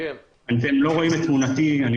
--- את יכולה לתת דוגמאות, בבקשה?